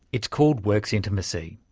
it's called work's intimacy.